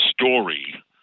story